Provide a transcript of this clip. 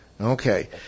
Okay